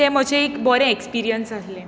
तें म्हजें एक बरें एक्सपिर्यन्स आसलें